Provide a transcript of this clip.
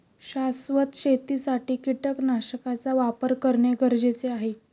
शाश्वत शेतीसाठी कीटकनाशकांचा वापर करणे गरजेचे आहे